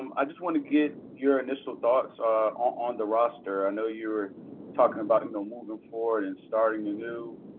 um i just want to get your initial thoughts ah on the roster. i know you were talking about, you know, moving forward and starting anew.